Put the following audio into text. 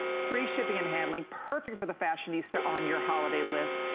free shipping and handling, perfect for the fashionista on your holiday list,